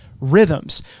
rhythms